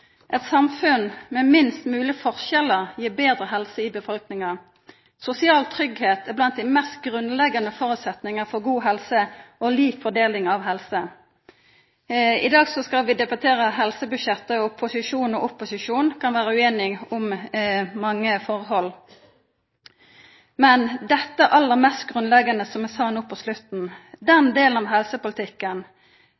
Eit samfunn med minst mogleg forskjellar gir betre helse i befolkninga. Sosial tryggleik er blant dei mest grunnleggjande føresetnader for god helse og lik fordeling av helse. I dag skal vi debattera helsebudsjettet, og posisjonen og opposisjonen kan vera ueinige om mange forhold. Men det som er det aller mest grunnleggjande, er den delen av helsepolitikken som eg nemnde no på slutten – der er den